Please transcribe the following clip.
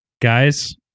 Guys